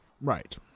Right